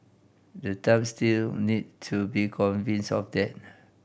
the Trump still need to be convinced of that